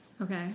Okay